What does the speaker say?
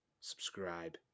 subscribe